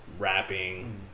Rapping